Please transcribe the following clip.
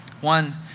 One